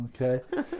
Okay